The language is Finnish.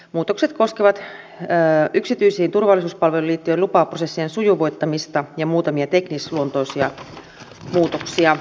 muutokset koskevat yksityisiin turvallisuuspalveluihin liittyvien lupaprosessien sujuvoittamista ja muutamia teknisluonteisia muutoksia